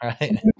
Right